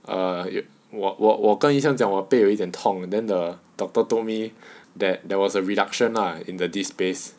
err 我我我跟医生讲我的被有一点痛 then the doctor told me that there was a reduction lah in the disk space